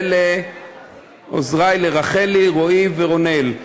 ולעוזרי רחלי, רועי ורונאל.